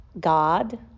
God